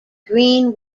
green